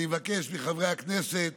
אני מבקש מחברי הכנסת